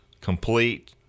complete